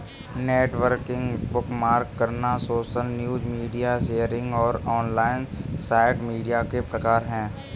networking, bookmark करना, social news, media sharing और online site media के प्रकार हैं